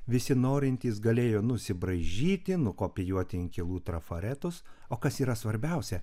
visi norintys galėjo nusibraižyti nukopijuoti inkilų trafaretus o kas yra svarbiausia